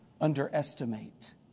underestimate